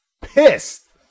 pissed